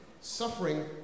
suffering